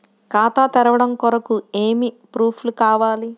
ఖాతా తెరవడం కొరకు ఏమి ప్రూఫ్లు కావాలి?